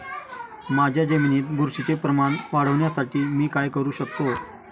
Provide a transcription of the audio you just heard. माझ्या जमिनीत बुरशीचे प्रमाण वाढवण्यासाठी मी काय करू शकतो?